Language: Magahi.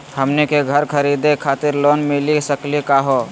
हमनी के घर खरीदै खातिर लोन मिली सकली का हो?